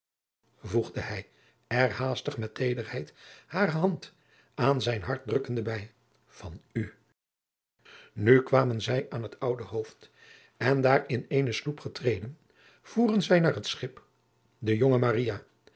voegde hij er haastig met teederheid hare hand aan zijn hart drukkende bij van u nu kwamen zij aan het oude hoofd en daar in eene adriaan loosjes pzn het leven van maurits lijnslager sloep getreden voeren zij naar het schip de jonge maria